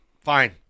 Fine